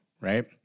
right